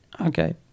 okay